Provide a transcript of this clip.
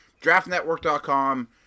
draftnetwork.com